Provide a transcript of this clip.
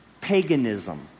paganism